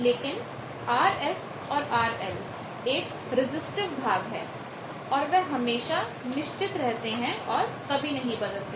लेकिन RS और RL एक रेसिस्टिव भाग हैं और वह हमेशा निश्चित रहते हैं और कभी नहीं बदलते